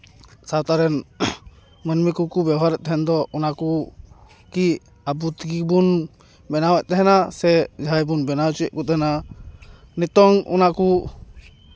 ᱥᱟᱶᱛᱟ ᱨᱮᱱ ᱢᱟᱹᱱᱢᱤ ᱠᱚᱠᱚ ᱵᱮᱣᱦᱟᱨᱮᱜ ᱛᱟᱦᱮᱱ ᱫᱚ ᱚᱱᱟ ᱠᱚ ᱠᱤ ᱟᱵᱚ ᱛᱮᱜᱮ ᱵᱚᱱ ᱵᱮᱱᱟᱣ ᱛᱟᱦᱮᱱᱟ ᱥᱮ ᱡᱟᱦᱟᱭ ᱵᱚᱱ ᱵᱮᱱᱟᱣ ᱦᱚᱪᱚᱭᱮᱜ ᱠᱚ ᱛᱟᱦᱮᱱᱟ ᱱᱤᱛᱚᱝ ᱚᱱᱟ ᱠᱚ